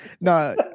No